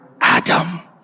Adam